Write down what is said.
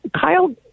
Kyle